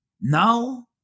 Now